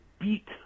beat